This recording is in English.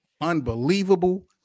unbelievable